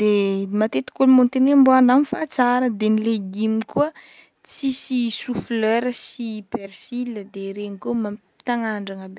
de matetiky olo moa miteny hoe mba andramo fa tsara de ny legima koa tsisy soflera sy persil de regny regny koa mamp- te hagnandrana be.